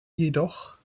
jedoch